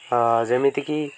ଯେମିତିକି